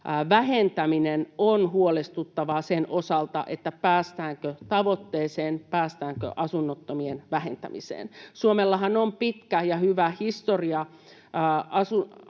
vähentäminen — ovat huolestuttavia sen osalta, päästäänkö tavoitteeseen, päästäänkö asunnottomien vähentämiseen. Suomellahan on pitkä ja hyvä historia